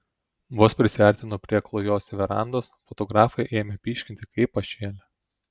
vos prisiartino prie klojosi verandos fotografai ėmė pyškinti kaip pašėlę